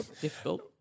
difficult